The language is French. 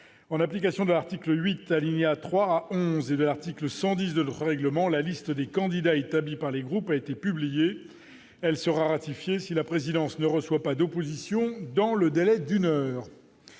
en application de l'article 8 alinéa 3 11 et de l'article 110 de le règlement, la liste des candidats établie par les groupes a été publié, elle sera ratifiée si la présidence ne reçoit pas d'opposition dans le délai d'une heure,